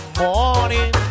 morning